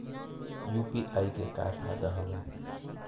UPI के का फ़ायदा हवय?